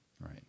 right